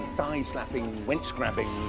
thigh slapping, wench grabbing,